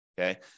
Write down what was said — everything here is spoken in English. okay